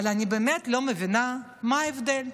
אבל אני באמת לא מבינה מה ההבדל,